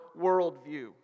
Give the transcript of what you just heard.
worldview